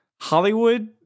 Hollywood